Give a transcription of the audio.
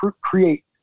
create